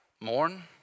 Mourn